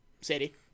city